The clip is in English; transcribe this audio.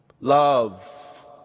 Love